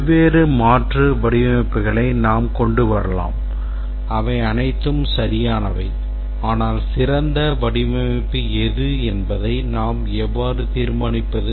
வெவ்வேறு மாற்று வடிவமைப்புகளை நாம் கொண்டு வரலாம் அவை அனைத்தும் சரியானவை ஆனால் சிறந்த வடிவமைப்பு எது என்பதை நாம் எவ்வாறு தீர்மானிப்பது